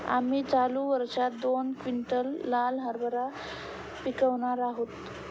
आम्ही चालू वर्षात दोन क्विंटल लाल हरभरा पिकावणार आहोत